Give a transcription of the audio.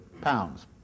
pounds